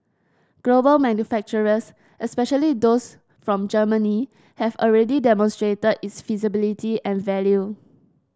global manufacturers especially those from Germany have already demonstrated its feasibility and value